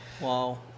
Wow